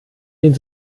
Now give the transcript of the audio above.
den